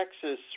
Texas